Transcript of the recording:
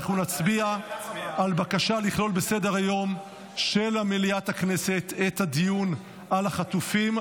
על בקשה לכלול בסדר-היום של מליאת הכנסת את הדיון על החטופים.